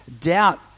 doubt